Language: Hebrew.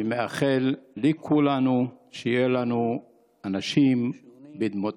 ומאחל לכולנו שיהיו לנו אנשים בדמותו.